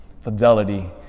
fidelity